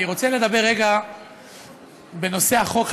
אני רוצה לדבר רגע בנושא החוק עצמו.